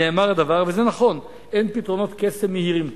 נאמר הדבר, וזה נכון, אין פתרונות קסם מהירים פה.